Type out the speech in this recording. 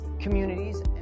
communities